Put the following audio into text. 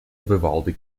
vivaldi